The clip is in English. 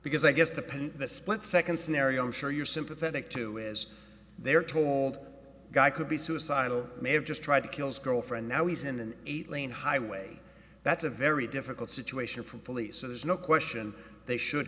because i guess the pain the split second scenario i'm sure you're sympathetic to as they are told guy could be suicidal may have just tried to kills girlfriend now he's in an eight lane highway that's a very difficult situation for police so there's no question they should